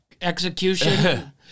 execution